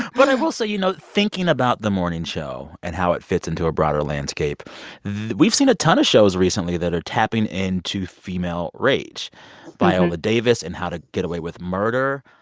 but i will say, you know, thinking about the morning show and how it fits into a broader landscape we've seen a ton of shows recently that are tapping into female rage viola davis in how to get away with murder,